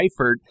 Eifert